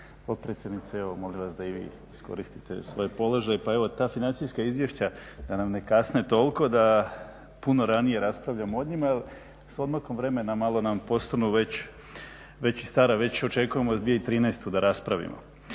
Potpredsjednice evo molim vas da i vi iskoristite svoj položaj, pa evo ta financijska izvješća da nam ne kasne toliko, da puno ranije raspravljamo o njima. Jer sa odmakom vremena malo nam postanu već i stara, već očekujemo 2013. da raspravimo.